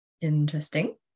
interesting